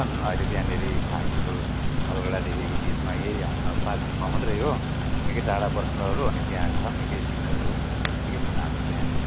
छन् अहिले त्यहाँनेरि हाई स्कुल अलगडादेखिको बिचमा यही पाङ्लुङमा मात्र हो निकै टाडा पर्छन् अरू अनि त्यहाँ छन् निकै स्टुडेन्टहरू निकै छन् हाम्रो त्यहाँ